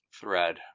thread